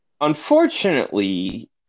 Unfortunately